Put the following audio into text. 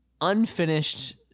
unfinished